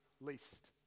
least